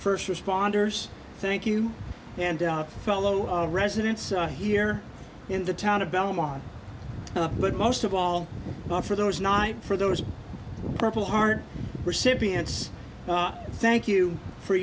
first responders thank you and fellow residents here in the town of belmont but most of all for those night for those purple heart recipients thank you for